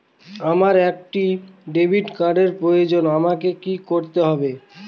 আমার একটি ক্রেডিট কার্ডের প্রয়োজন আমাকে কি করতে হবে?